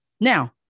Now